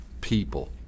people